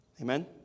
Amen